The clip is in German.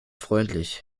freundlich